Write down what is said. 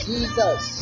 Jesus